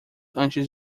antes